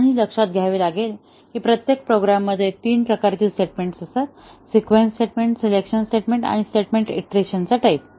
आणि हे लक्षात घ्यावे लागेल की प्रत्येक प्रोग्रॅममध्ये तीन प्रकारची स्टेटमेंट असतात सिक्वेन्स सिलेक्शन आणि स्टेटमेंट ईंटरेशनचा टाईप